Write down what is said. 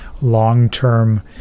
long-term